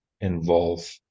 involve